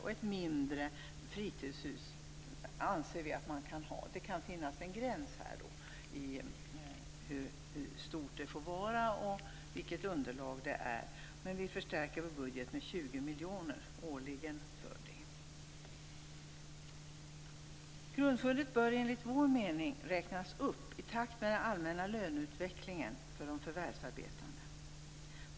Vi anser att man kan ha ett mindre fritidshus, men det kan finnas en gräns för hur stort det får vara och vilket underlag det är. Vi förstärker vår budget med 20 miljoner årligen för det. Grundskyddet bör enligt vår mening räknas upp i takt med den allmänna löneutvecklingen för de förvärvsarbetande.